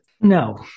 No